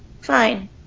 Fine